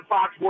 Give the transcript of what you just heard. Fox